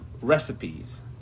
recipes